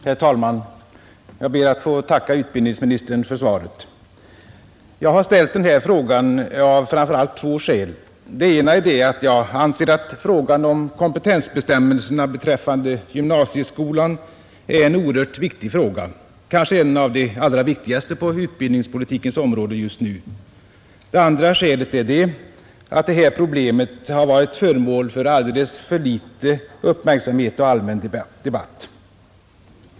Herr talman! Jag ber att få tacka utbildningsministern för svaret. Jag har ställt den här frågan av framför allt två skäl. Det ena är att jag anser att frågan om kompetensbestämmelserna beträffande gymnasieskolan är oerhört viktig — kanske den allra viktigaste frågan på utbildningspolitikens område just nu. Det andra skälet är att detta problem har varit föremål för alldeles för litet uppmärksamhet och allmän debatt.